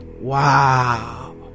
Wow